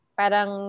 parang